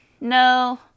no